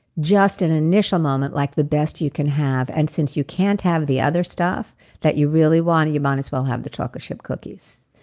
just an initial moment like the best you can have. and since you can't have the other stuff that you really want, you might as well have the chocolate chip cookies.